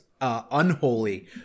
unholy